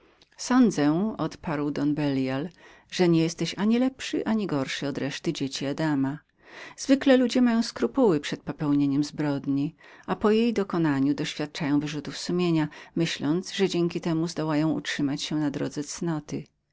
mniemam odparł don belial że nie jesteś ani lepszym ani gorszym od reszty dzieci adama zwykle wzdragają się przed popełnieniem zbrodni i później doświadczają wyrzutów myśląc że tym sposobem zdołają jeszcze utrzymać się na drodze cnoty